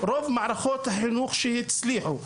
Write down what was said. רוב מערכות החינוך שהצליחו,